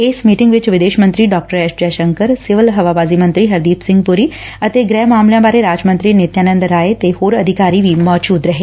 ਇਸ ਮੀਟਿੰਗ ਵਿਚ ਵਿਦੇਸ਼ ਮੰਤਰੀ ਡਾ ਐਸ ਜੈਸ਼ੰਕਰ ਸਿਵਲ ਹਵਾਬਾਜ਼ੀ ਮੰਤਰੀ ਹਰਦੀਪ ਸਿੰਘ ਪੁਰੀ ਅਤੇ ਗੁਹਿ ਮਾਮਲਿਆਂ ਬਾਰੇ ਰਾਜ ਮੰਤਰੀ ਨਿਤਿਆ ਨੰਦ ਰਾਏ ਤੇ ਹੋਰ ਅਧਿਕਾਰੀ ਵੀ ਮੌਜੁਦ ਰਹੇ